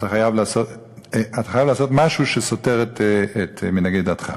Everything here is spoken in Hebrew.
אתה חייב לעשות משהו שסותר את מנהגי דתך.